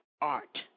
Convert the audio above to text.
art